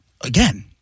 again